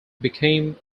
became